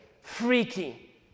freaky